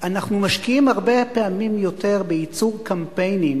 אנחנו משקיעים הרבה פעמים יותר בייצור קמפיינים,